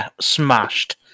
smashed